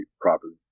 properly